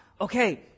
Okay